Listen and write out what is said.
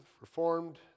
Reformed